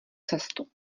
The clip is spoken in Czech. cestu